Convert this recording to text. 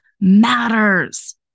matters